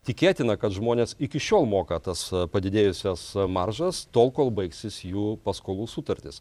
tikėtina kad žmonės iki šiol moka tas padidėjusias maržas tol kol baigsis jų paskolų sutartys